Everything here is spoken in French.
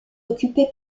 occupée